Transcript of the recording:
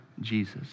Jesus